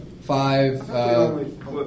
five